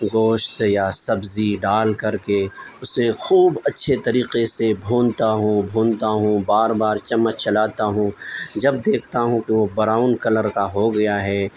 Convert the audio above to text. گوشت یا سبزی ڈال کر کے اسے خوب اچھے طریقے سے بھونتا ہوں بھونتا ہوں بار بار چمچ چلاتا ہوں جب دیكھتا ہوں كہ وہ براؤن كلر كا ہوگیا ہے